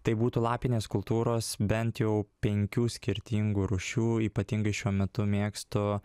tai būtų lapinės kultūros bent jau penkių skirtingų rūšių ypatingai šiuo metu mėgstu